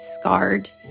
scarred